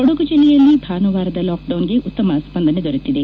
ಕೊಡಗು ಜಿಲ್ಲೆಯಲ್ಲಿ ಭಾನುವಾರದ ಲಾಕ್ ಡೌನ್ಗೆ ಉತ್ತಮ ಸ್ಪಂದನೆ ದೊರೆತಿದೆ